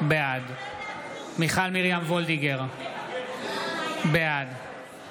בעד מיכל מרים וולדיגר, בעד